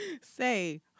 Say